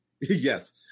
yes